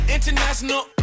International